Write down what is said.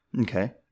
Okay